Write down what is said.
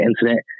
incident